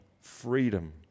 freedom